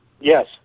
yes